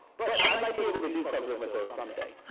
but i might be able to do something with those someday.